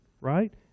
Right